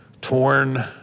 torn